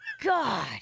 God